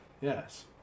yes